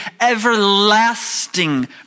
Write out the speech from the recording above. everlasting